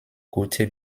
gute